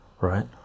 right